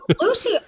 Lucy